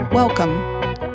Welcome